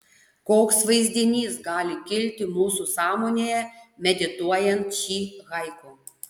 koks vaizdinys gali kilti mūsų sąmonėje medituojant šį haiku